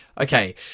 okay